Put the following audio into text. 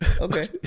Okay